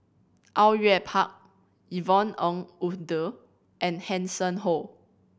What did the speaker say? Au Yue Pak Yvonne Ng Uhde and Hanson Ho